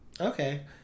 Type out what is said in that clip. Okay